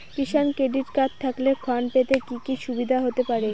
কিষান credit card থাকলে ঋণ পেতে কি কি সুবিধা হতে পারে?